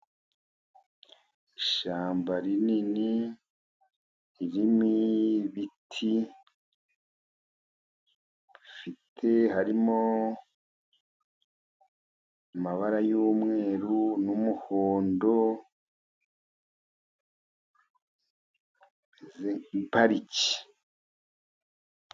Ishyamba rinini ririmo ibiti, harimo amabara y'umweru n'umuhondo rimeze nk'ipariki.